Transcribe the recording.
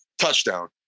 touchdown